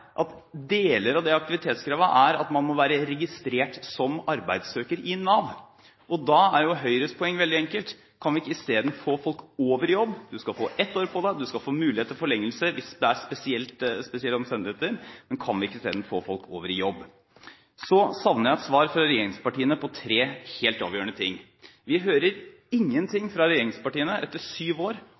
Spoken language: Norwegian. at deler av det aktivitetskravet er at man må være registrert som arbeidssøker hos Nav. Da er Høyres poeng veldig enkelt: Kan vi ikke i stedet få folk over i jobb? Man skal få ett år på seg, man skal få mulighet til forlengelse hvis det er spesielle omstendigheter, men kan vi ikke i stedet få folk over i jobb? Jeg savner også et svar fra regjeringspartiene på tre helt avgjørende ting. Vi hører ingenting fra regjeringspartiene etter syv år